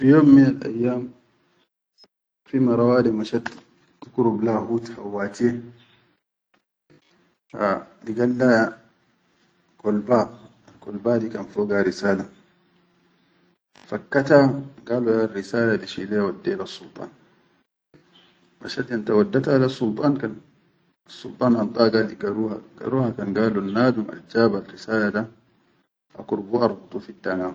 Fi yom minal ayyam fi mara wade mashat tukurib laha hut hawwatiya ha ligat lha kwalba alkwalba dikan foga risala, fakkata galo laha arrisala di shiliya waddiha lessuldaro mashat yanta waddata assultan inda gal igaruha garoha kan, galo ke jaro, jaro kula ma khallahum illa biʼid lohum talu ana kula tara akhuku bas talu ana kul akhuku ha mafi nadum.